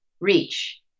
reach